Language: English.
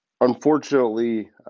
Unfortunately